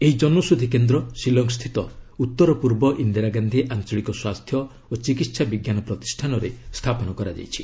ଏହି ଜନୌଷଧି କେନ୍ଦ୍ର ଶିଲଙ୍ଗ୍ ସ୍ଥିତ ଉତ୍ତର ପୂର୍ବ ଇନ୍ଦିରା ଗାନ୍ଧି ଆଞ୍ଚଳିକ ସ୍ୱାସ୍ଥ୍ୟ ଓ ଚିକିତ୍ସା ବିଜ୍ଞାନ ପ୍ରତିଷ୍ଠାନରେ ସ୍ଥାପନ କରାଯାଇଛି